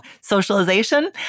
socialization